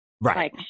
right